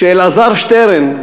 כשאלעזר שטרן,